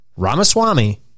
ramaswamy